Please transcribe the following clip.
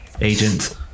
agent